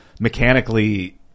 Mechanically